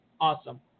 Awesome